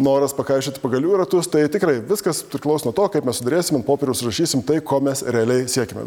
noras pakaišioti pagalių į ratus tai tikrai viskas priklauso nuo to kaip mes suderėsime popierius rašysime tai ko mes realiai siekiame